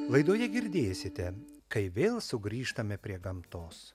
laidoje girdėsite kai vėl sugrįžtame prie gamtos